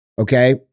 Okay